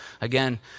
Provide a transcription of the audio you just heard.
Again